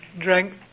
drank